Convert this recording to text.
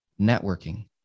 networking